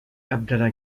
abdallah